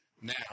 Now